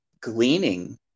gleaning